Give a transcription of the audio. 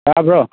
ꯇꯥꯕ꯭ꯔꯣ